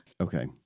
Okay